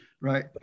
Right